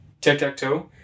Tic-Tac-Toe